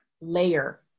layer